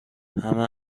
همه